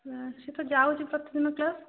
ସେ ତ ଯାଉଛି ପ୍ରତିଦିନ କ୍ଲାସ୍